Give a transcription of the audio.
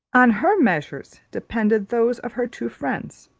on her measures depended those of her two friends